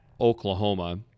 Oklahoma